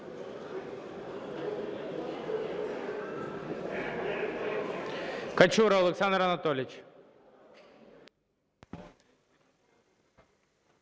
Качура Олександр Анатолійович.